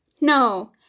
No